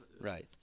Right